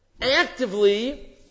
actively